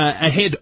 ahead